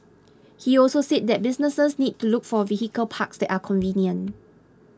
he also said that businesses need to look for vehicle parks that are convenient